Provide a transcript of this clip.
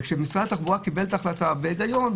וכשמשרד התחבורה קיבל את ההחלטה בהיגיון,